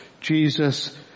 Jesus